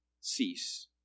cease